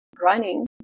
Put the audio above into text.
running